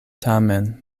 tamen